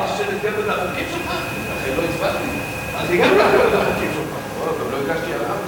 חוק לתיקון פקודת מסי העירייה ומסי הממשלה (פטורין) (מס' 19),